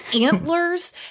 antlers